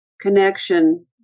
connection